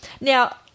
Now